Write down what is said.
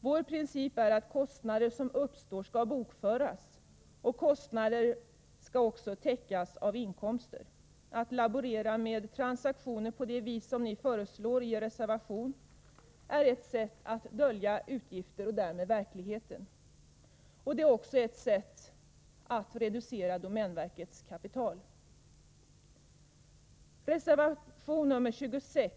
Vår princip är att kostnader som uppstår skall bokföras som kostnader, och kostnader skall också täckas av inkomster. Att laborera med transaktioner på det vis som föreslås i reservationerna är ett sätt att dölja utgifter och därmed verkligheten. Det är också ett sätt att reducera domänverkets kapital. Jag yrkar avslag på reservationerna 23, 24 och 25.